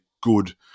good